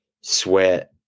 sweat